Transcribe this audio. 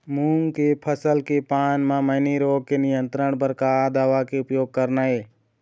मूंग के फसल के पान म मैनी रोग के नियंत्रण बर का दवा के उपयोग करना ये?